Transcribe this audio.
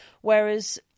Whereas